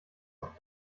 auf